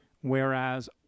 whereas